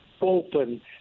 open